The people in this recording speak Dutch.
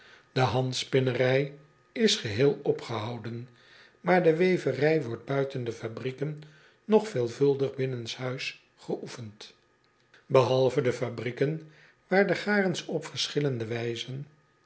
de handspinnerij is geheel opgehouden maar de weverij wordt buiten de fabrieken nog veelvuldig binnenshuis geoefend ehalve de fabrieken waar de garens op verschillende wijzen